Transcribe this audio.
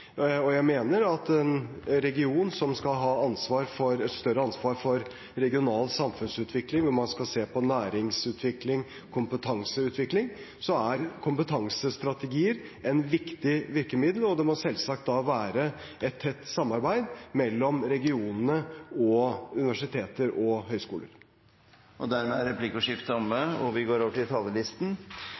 videreutdanning. Jeg mener at for en region som skal ha større ansvar for regional samfunnsutvikling, hvor man skal se på næringsutvikling og kompetanseutvikling, er kompetansestrategier et viktig virkemiddel. Det må da selvsagt være et tett samarbeid mellom regionene og universiteter og høyskoler. Dermed er replikkordskiftet omme.